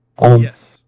Yes